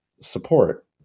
support